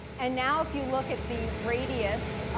and now if you look at the radius,